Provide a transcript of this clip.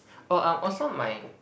oh I'm also mine